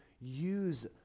use